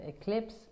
eclipse